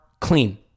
clean